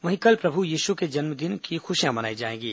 वहीं कल प्रभु यीशु के जन्म की खुशियां मनाई जाएंगी